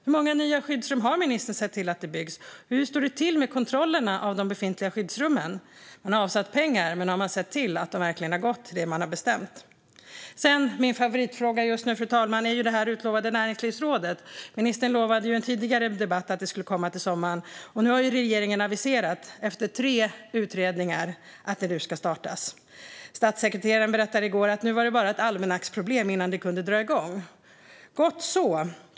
Hur många nya skyddsrum har ministern sett till att det byggs, och hur står det till med kontrollerna av de befintliga skyddsrummen? Man har avsatt pengar, men har man sett till att de verkligen har gått till det man har bestämt? Så till min favoritfråga just nu, fru talman: det utlovade näringslivsrådet. Ministern lovade i en tidigare debatt att det skulle komma till sommaren, och nu - efter tre utredningar - har regeringen aviserat att det ska startas. Statssekreteraren berättade i går att det nu bara är ett almanacksproblem innan det kan dra igång. Gott så!